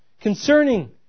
concerning